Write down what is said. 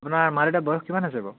আপোনাৰ মা দেউতাৰ বয়স কিমান হৈছে বাৰু